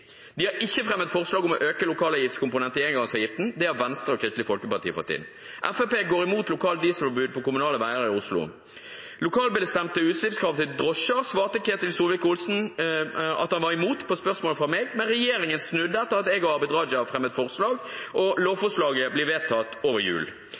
De har ikke fremmet forslag om å øke lokalavgiftskomponenten i engangsavgiften, det har Venstre og Kristelig Folkeparti fått til. Fremskrittspartiet går imot lokalt dieselforbud på kommunale veier i Oslo. Lokalt bestemte utslippskrav til drosjer svarte Ketil Solvik-Olsen at han var imot, på spørsmål fra meg, men regjeringen snudde etter at Abid Q. Raja og jeg fremmet forslag, og lovforslaget blir vedtatt over jul.